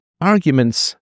arguments